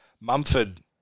Mumford